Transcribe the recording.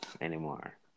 anymore